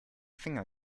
finger